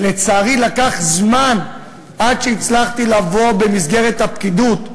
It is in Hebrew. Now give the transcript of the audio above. ולצערי, לקח זמן עד שהצלחתי לבוא למסגרת הפקידות,